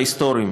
ההיסטוריים.